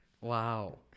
Wow